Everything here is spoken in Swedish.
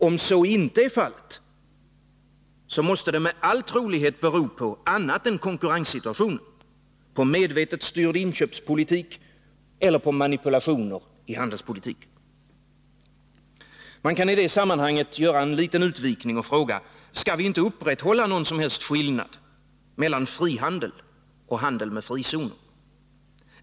Om så inte är fallet, måste det med all trolighet bero på annat än konkurrenssituationen: på medvetet styrd inköpspolitik eller på manipulationer i handelspolitiken. Man kan i det sammanhanget göra en liten utvikning och fråga: Skall vi inte upprätthålla någon som helst skillnad mellan frihandel och handel med frizoner?